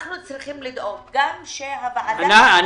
אנחנו צריכים לדאוג שגם הוועדה שתקום --- אני